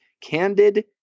Candid